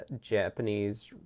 japanese